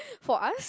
for us